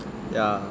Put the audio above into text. ya